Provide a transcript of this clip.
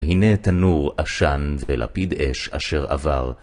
הנה תנור אשן בלפיד אש אשר עבר.